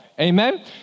amen